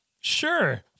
Sure